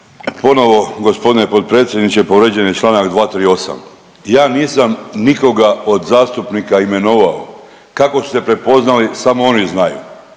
Ponovo g. potpredsjedniče povrijeđen je čl. 238. Ja nisam nikoga od zastupnika imenovao, kako su se prepoznali samo oni znaju